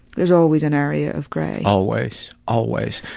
there's always an area of gray. always. always.